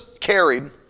carried